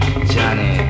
Johnny